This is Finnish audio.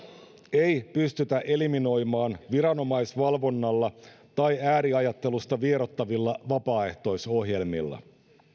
ei pystytä eliminoimaan viranomaisvalvonnalla tai ääriajattelusta vieroittavilla vapaaehtoisohjelmilla